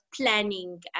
planning